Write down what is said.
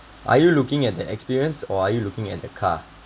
are you looking at the experience or are you looking at the car